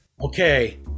okay